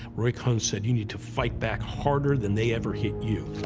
roy cohn said, you need to fight back harder than they ever hit you.